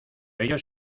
ellos